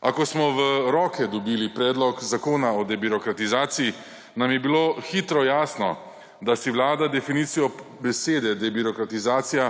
A ko smo roke dobili predlog zakona o debirokratizaciji nam je bilo hitro jasno, da si vlada definicijo besede debirokratizacija